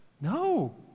No